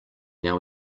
now